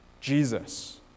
Jesus